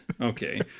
Okay